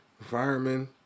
Firemen